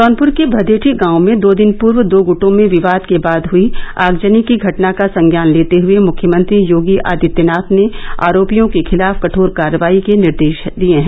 जौनपुर के भदेठी गांव में दो दिन पूर्व दो गुटों में विवाद के बाद हुई आगजनी की घटना का संज्ञान लेते हुए मुख्यमंत्री योगी आदित्यनाथ ने आरोपियों के खिलाफ कठोर करेवाई के निर्देश हैं